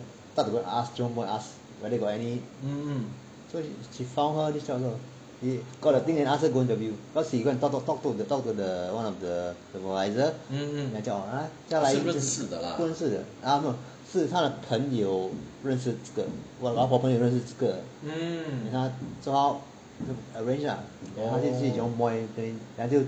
start to go and ask jurong go and ask whether got any so she found her this job also she got the thing then ask her go interview cause she go and talk talk talk to talk to the one of the supervisor then 叫她来不认识的 ah no 是她的朋友认识这个我老婆朋友认识这个 then 她 somehow arrange lah then 她就去 jurong point then 她就